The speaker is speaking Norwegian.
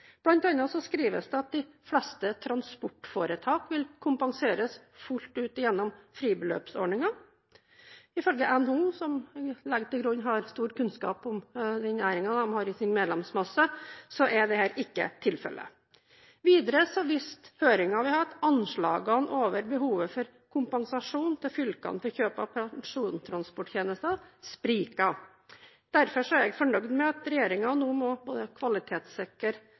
skrives det at «de fleste transportforetak vil kompenseres fullt ut gjennom fribeløpsordningen». Ifølge NHO, som jeg legger til grunn at har stor kunnskap om den næringen de har i sin medlemsmasse, er dette ikke tilfellet. Videre viste høringen vi har hatt, at anslagene over behovet for kompensasjon til fylkene til kjøp av persontransporttjenester spriker. Derfor er jeg fornøyd med at regjeringen nå må kvalitetssikre